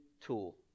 tool